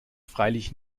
freilich